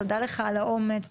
תודה לך על האומץ.